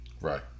Right